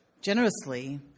generously